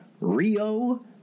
Rio